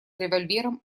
револьвером